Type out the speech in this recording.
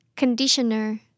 Conditioner